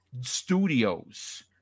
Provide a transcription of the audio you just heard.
studios